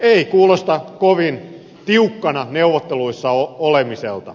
ei kuulosta kovin tiukkana neuvotteluissa olemiselta